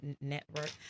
Network